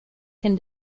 can